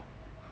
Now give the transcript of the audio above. how's he